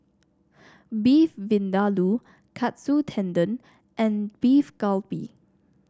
Beef Vindaloo Katsu Tendon and Beef Galbi